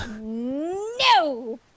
No